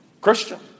Christian